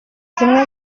zimwe